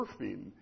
surfing